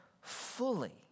fully